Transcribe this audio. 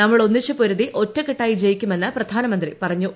നമ്മൾ ഒന്നിച്ച് പൊരുതി ഒറ്റക്കെട്ടായി ജയിക്കുമെന്ന് പ്രധാനമന്ത്രി പറഞ്ഞു